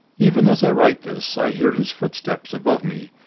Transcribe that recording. even as i write this, i hear his footsteps above me,